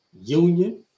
Union